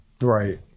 Right